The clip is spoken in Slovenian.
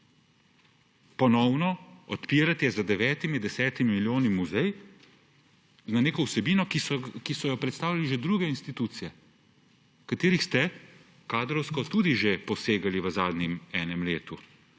ponovno odpirati z 9, 10 milijoni muzej z neko vsebino, ki so jo predstavljale že druge institucije, v katere ste kadrovsko tudi že posegali v zadnjem letu.